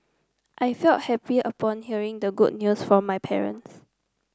I felt happy upon hearing the good news from my parents